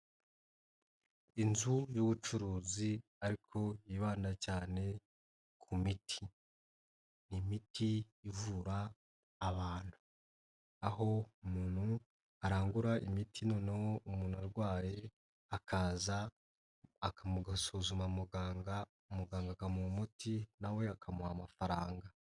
Inzu y'ubucuruzi ariko yibanda cyane ku miti, ni imiti ivura abantu aho umuntu arangura imiti noneho umuntu arwaye akaza akamusuzuma muganga, muganga akamuha umuti, na we akamuha amafaranga.